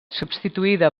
substituïda